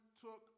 took